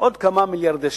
עוד כמה מיליארדי שקלים.